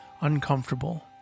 uncomfortable